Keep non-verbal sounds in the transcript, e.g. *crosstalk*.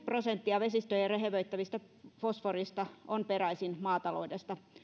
*unintelligible* prosenttia vesistöjä rehevöittävästä fosforista on peräisin maataloudesta